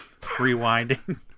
rewinding